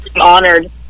Honored